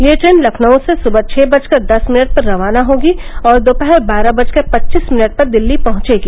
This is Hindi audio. यह ट्रेन लखनऊ से सुबह छः बजकर दस मिनट पर रवाना होगी और दोपहर बारह बजकर पच्चीस मिनट पर दिल्ली पहुंचेगी